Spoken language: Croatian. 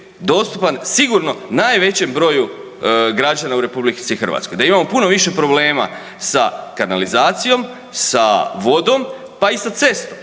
sigurno najvećem broju građana u RH, da imamo puno više problema sa kanalizacijom, sa vodom, pa i sa cestom.